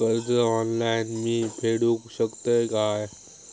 कर्ज ऑनलाइन मी फेडूक शकतय काय?